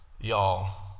Y'all